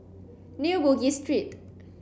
New Bugis Street